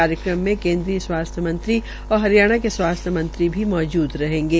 कार्यक्रम में केन्द्रीय स्वास्थ्य मंत्री और हरियाणा के स्वास्थ्य मंत्री भी मौजूद रहेंगे